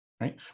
Right